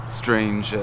strange